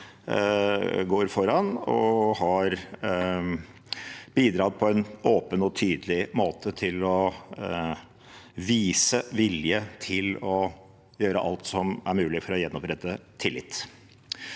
går foran og har bidratt på en åpen og tydelig måte til å vise vilje til å gjøre alt som er mulig for å gjenopprette tillit.